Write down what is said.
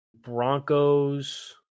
Broncos